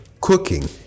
cooking